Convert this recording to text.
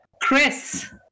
Chris